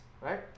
right